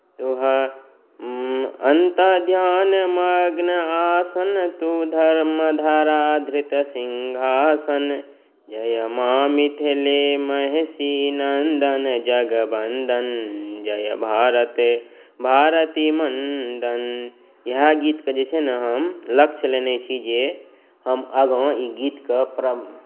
तुअ अन्तः ध्यान मग्न आसन तुअ धर्म धरा धृत सिँहासन जय माँ मिथिले महिषी नन्दन जगवन्दन जय भारत भारती मण्डन इएह गीतके जे छै ने हम लक्ष्य लेने छी जे हम आगाँ ई गीतके परम